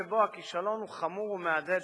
היא נמצאת במצב שבו הכישלון הוא חמור ומהדהד שבעתיים,